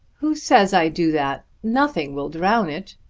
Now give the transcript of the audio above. who says i do that? nothing will drown it.